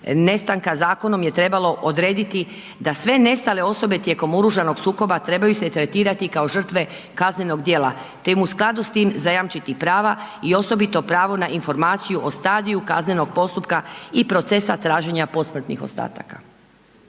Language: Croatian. nestanka zakonom je trebalo odrediti da sve nestale osobe tijekom oružanog sukoba trebaju se tretirati kao žrtve kaznenog dijela te im u skladu s tim zajamčiti prava i osobito pravo na informaciju o stadiju kaznenog postupka i procesa traženja posmrtnih ostataka.